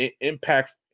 impact